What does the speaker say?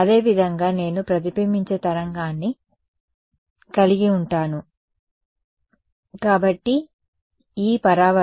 అదే విధంగా నేను ప్రతిబింబించే తరంగాన్ని కలిగి ఉంటాను కాబట్టి E ప్రతిబింబిస్తుంది సరే